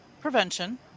prevention